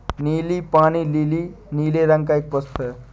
नीला पानी लीली नीले रंग का एक पुष्प है